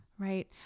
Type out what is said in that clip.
Right